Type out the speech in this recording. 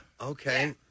Okay